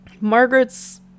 margaret's